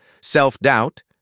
self-doubt